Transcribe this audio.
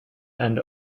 end